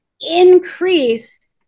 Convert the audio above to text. increase